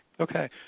Okay